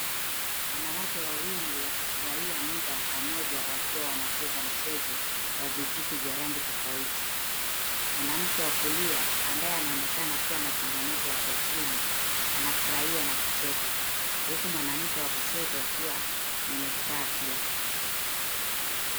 Wanawake wawili wakifurahia muda pamoja wakiwa wanacheza mchezo wa vijiti vya rangi tofauti. Mwanamke wa kulia ambaye anaonekana kuwa na changamoto ya kiakili anafurahia na kucheka huku mwanamke wa kushoto akiwa mwenye furaha pia.